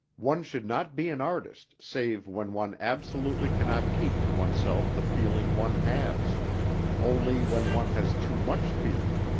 one should not be an artist save when one absolutely cannot keep to oneself the feeling one has only when one has too much feeling.